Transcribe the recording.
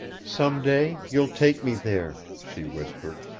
some day you'll take me there, she whispered.